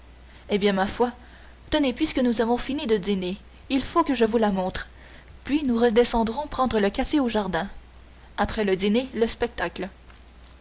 eh ma foi tenez puisque nous avons fini de dîner il faut que je vous la montre puis nous redescendrons prendre le café au jardin après le dîner le spectacle